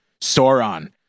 Sauron